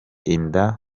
inda